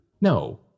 No